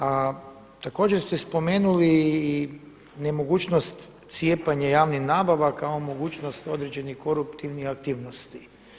A također ste spomenuli i nemogućnost cijepanja javnih nabava kao mogućnost određenih koruptivnih aktivnosti.